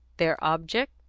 their object?